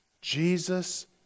Jesus